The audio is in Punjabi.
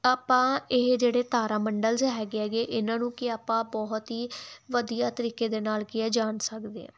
ਆਪਾਂ ਇਹ ਜਿਹੜੇ ਤਾਰਾ ਮੰਡਲ ਹੈਗੇ ਹੈਗੇ ਇਹਨਾਂ ਨੂੰ ਕਿ ਆਪਾਂ ਬਹੁਤ ਹੀ ਵਧੀਆ ਤਰੀਕੇ ਦੇ ਨਾਲ ਕੀ ਆ ਜਾਣ ਸਕਦੇ